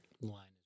line